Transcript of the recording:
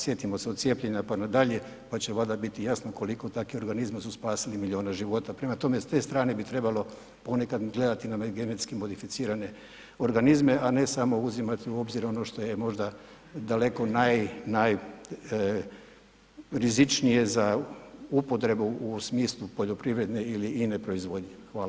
Sjetimo se od cijepljenja pa na dalje, pa će valjda biti jasno koliko takvi organizmi su spasili milijune života, prema tome s te strane bi trebalo ponekad gledati na GMO, a ne samo uzimati u obzir ono što je možda daleko najrizičnije za upotrebu u smislu poljoprivredne ili ine proizvodnje.